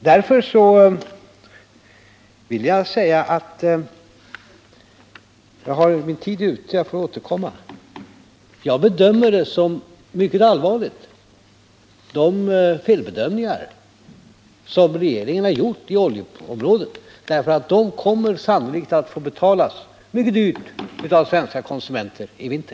Min tid är ute nu, och jag får återkomma, men jag vill framhålla att jag finner de felbedömningar som regeringen gjort på oljeområdet mycket allvarliga, därför att de kommer sannolikt att få betalas mycket dyrt av svenska konsumenter i vinter.